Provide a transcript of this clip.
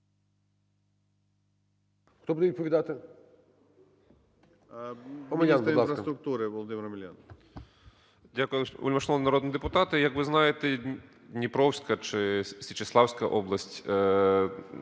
Хто буде відповідати?